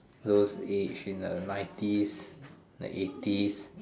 those age in the nineties like eighties